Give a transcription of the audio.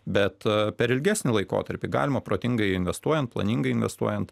be per ilgesnį laikotarpį galima protingai investuojant planingai investuojant